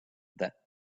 that